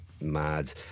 mad